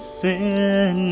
sin